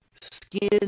skin